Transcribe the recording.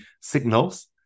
signals